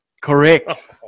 Correct